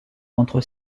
entre